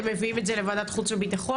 אתם מביאים את זה לוועדת חוץ וביטחון?